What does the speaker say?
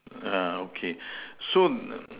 uh okay soon uh